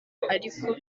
ariko